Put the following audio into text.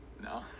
No